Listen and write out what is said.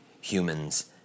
humans